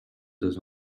does